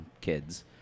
kids